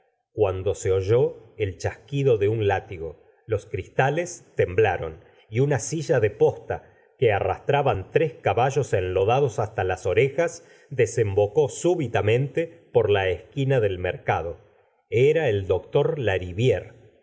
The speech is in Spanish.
cuando se oyó el chasquido de un látigo los cristales temblaron y una sillá de posta q ue arrastraban tres caballos enlodados hasta las orejas desembocó súbitamente por la e quina del mercado era el doctor